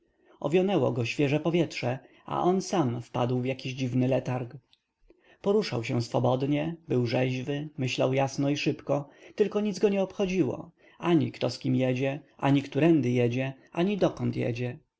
owionęło go świeże powietrze a on sam wpadł w jakiś dziwny letarg poruszał się swobodnie był rzeźwy myślał jasno i szybko tylko nic go nie obchodziło ani kto z nim jedzie ani którędy jedzie ani dokąd jedzie